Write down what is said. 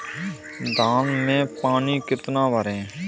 धान में पानी कितना भरें?